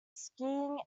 skiing